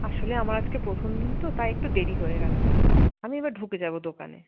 আসলে আমার আজকে প্রথম দিন তো তাই একটু দেরি হয়ে গেল আমি এবার ঢুকে যাব দোকানে